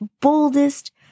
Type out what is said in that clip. boldest